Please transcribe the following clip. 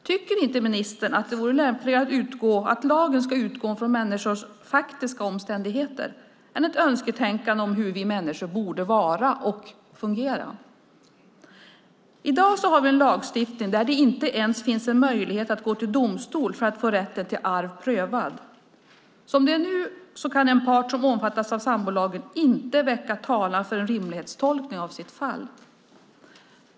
Tycker inte ministern att det vore lämpligare att låta lagen utgå från människors faktiska omständigheter än från ett önsketänkande om hur vi människor borde vara och fungera? I dag har vi en lagstiftning som inte ger en möjlighet ens att gå till domstol för att få rätten till arv prövad. Som det är nu kan den partner som omfattas av sambolagen inte väcka talan för en rimlighetstolkning av sitt fall.